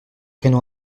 prénom